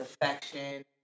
affection